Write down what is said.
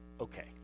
okay